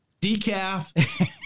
decaf